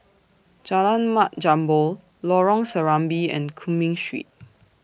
Jalan Mat Jambol Lorong Serambi and Cumming Street